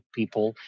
people